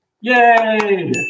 Yay